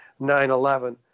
9-11